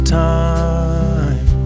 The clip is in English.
time